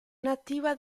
nativa